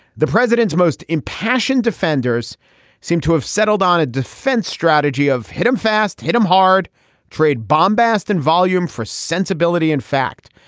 the president's most impassioned defenders seem to have settled on a defense strategy of hit him fast hit him hard trade bombast and volume for sensibility in fact.